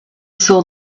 saw